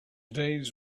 days